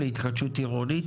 להתחדשות עירונית?